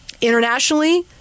internationally